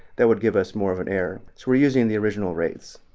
that would give us more of an error, so we're using the original rates.